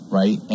right